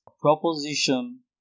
proposition